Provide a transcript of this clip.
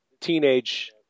teenage